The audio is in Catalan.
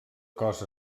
cos